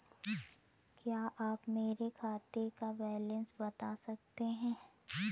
क्या आप मेरे खाते का बैलेंस बता सकते हैं?